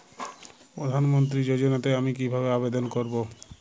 প্রধান মন্ত্রী যোজনাতে আমি কিভাবে আবেদন করবো?